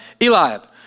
Eliab